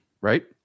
Right